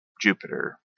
Jupiter